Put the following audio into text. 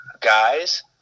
guys